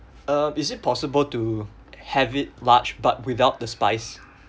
uh is it possible to have it large but without the spice